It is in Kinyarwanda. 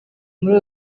muri